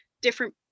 different